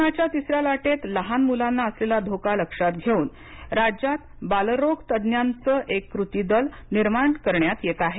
कोरोनाच्या तिसऱ्या लाटेत लहान मुलांना असलेला धोका लक्षात ठेऊन राज्यात बालरोग तज्ञांचं एक कृती दल निर्माण करण्यात येत आहे